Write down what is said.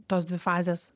tos dvi fazės